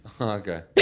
Okay